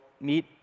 meet